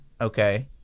Okay